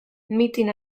mitin